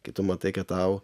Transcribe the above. kai tu matai kad tau